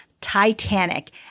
Titanic